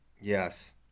Yes